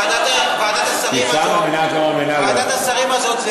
ועדת השרים הזאת,